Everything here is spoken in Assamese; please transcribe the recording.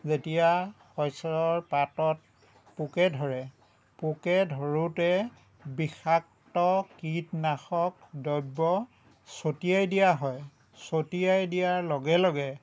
যেতিয়া শষ্যৰ পাতত পোকে ধৰে পোকে ধৰোতে বিষাক্ত কীটনাশক দ্ৰব্য চতিয়াই দিয়া হয় চতিয়াই দিয়াৰ লগে লগে